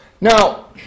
Now